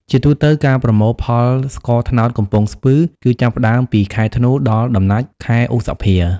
ជាទូទៅការប្រមូលផលស្ករត្នោតកំពង់ស្ពឺ គឺចាប់ផ្ដើមពីខែធ្នូ ដល់ដំណាច់ខែឧសភា